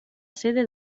sede